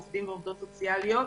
עובדים ועובדות סוציאליות,